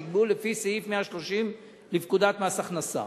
שנקבעו לפי סעיף 130 לפקודת מס הכנסה.